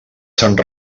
sant